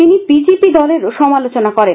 তিনি B J P দলেরও সমালোচনা করেন